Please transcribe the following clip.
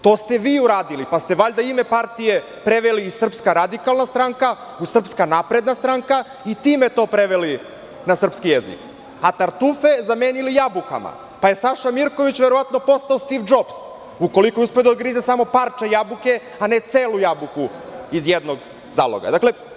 To ste vi uradili, pa ste valjda ime partije preveli iz Srpska radikalna stranka u Srpska napredna stranka i time to preveli na srpski jezik, a tartufe zamenili jabukama, pa je Saša Mirković verovatno postao Stiv Džobs, ukoliko je uspeo da odgrize samo parče jabuke, a ne celu jabuku iz jednog zalogaja.